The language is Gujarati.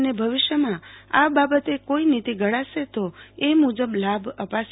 અને ભવિષ્યમાં આ બાબતે કોઈ નીતિ ઘડાશે તોએ મુજબ લાભ અપાશે